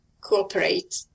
cooperate